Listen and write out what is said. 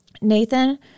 Nathan